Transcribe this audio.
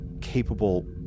capable